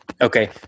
Okay